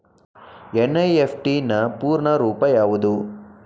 NEFT ನ ಪೂರ್ಣ ರೂಪ ಯಾವುದು?